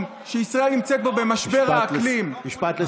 שישראל נמצאת בו במשבר האקלים משפט לסיום,